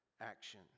action